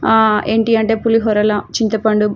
ఏంటి అంటే పులిహోరలో చింతపండు